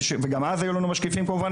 וגם אז היו לנו משקיפים כמובן,